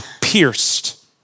pierced